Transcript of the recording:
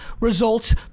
results